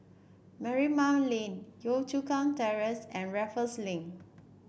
Marymount Lane Yio Chu Kang Terrace and Raffles Link